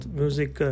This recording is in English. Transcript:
music